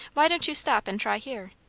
why don't you stop and try here?